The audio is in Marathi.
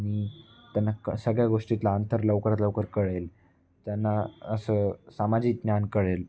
मी त्यांना सगळ्या गोष्टीतलं अंतर लवकरात लवकर कळेल त्यांना असं सामाजिक ज्ञान कळेल